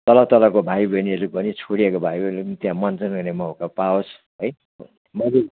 तल तलको भाइ बहिनीहरूले पनि छोडिएको भाइ बहिनीहरूले पनि त्यहाँ मञ्चन गर्नु पावोस् है